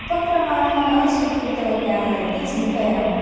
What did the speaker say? उपक्रमाः न स्वीकृतवत्याः इति चिन्तयामि